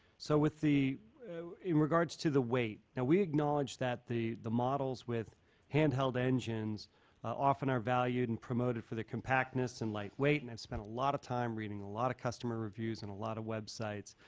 so with the in regards to the weight, now we acknowledge that the the models with handheld engines often are valued and promoted for the compactness and lightweight. and i've spent a lot of time reading a lot of customer reviews and a lot of websites,